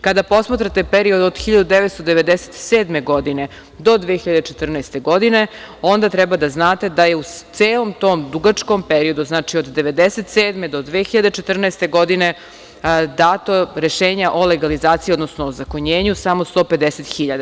Kada posmatrate period od 1997. godine do 2014. godine, onda treba da znate da je u celom tom dugačkom periodu, znači od 1997. do 2014. godine dato rešenja o legalizaciji, odnosno ozakonjenju samo 150.000.